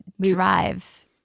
drive